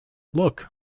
look